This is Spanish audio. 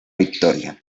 victoria